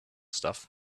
stuff